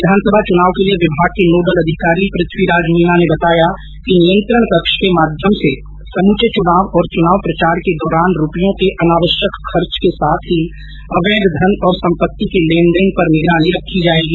विधानसभा चुनाव के लिए विभाग के नोडल अधिकारी पृथ्वीराज मीना ने बताया कि नियंत्रण कक्ष के माध्यम से समूचे चुनाव और चुनाव प्रचार के दौरान रूपयों के अनावश्यक खर्च के साथ ही अवैध धन और सम्पति के लेनदेन पर निगरानी रखी जाएगी